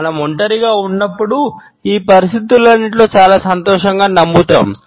మనం ఒంటరిగా ఉన్నప్పుడు ఈ పరిస్థితులన్నిటిలో చాలా సంతోషంగా నవ్వుతాము